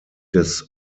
des